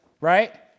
right